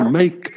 make